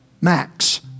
max